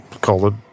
called